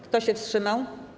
Kto się wstrzymał?